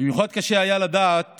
במיוחד קשה היה לדעת